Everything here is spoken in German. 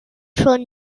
schon